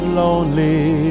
lonely